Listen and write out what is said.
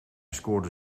scoorde